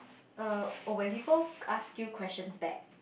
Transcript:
err or when people ask you questions back